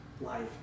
life